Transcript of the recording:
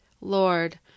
Lord